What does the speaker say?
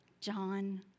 John